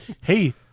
Hey